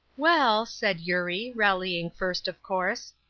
well, said eurie, rallying first, of course,